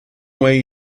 way